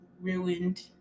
ruined